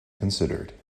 considered